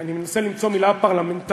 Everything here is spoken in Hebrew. אני מנסה למצוא מילה פרלמנטרית,